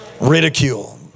Ridicule